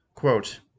Quote